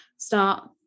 start